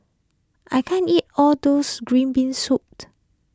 I can't eat all those Green Bean Soup